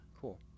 Cool